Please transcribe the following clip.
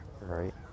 right